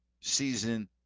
season